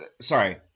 sorry